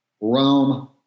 Rome